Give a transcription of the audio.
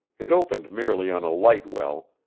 it opened merely on a light-well,